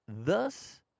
thus